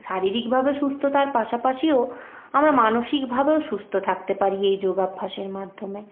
শারীরিকভাবে সুস্থতার পাশাপাশিও আমরা মানসিকভাবেও সুস্থ থাকতে পারি এই যোগাভ্যাসের মাধ্যমে